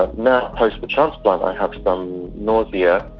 um now post the transplant i have some nausea,